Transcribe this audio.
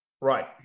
right